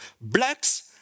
Blacks